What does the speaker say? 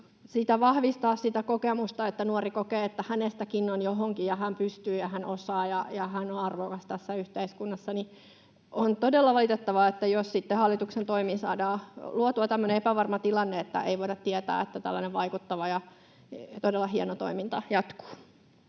vahvistetaan sitä kokemusta, että nuori kokee, että hänestäkin on johonkin ja hän pystyy ja hän osaa ja hän on arvokas tässä yhteiskunnassa. On todella valitettavaa, jos sitten hallituksen toimin saadaan luotua tämmöinen epävarma tilanne, että ei voida tietää, jatkuuko tällainen vaikuttava ja todella hieno toiminta.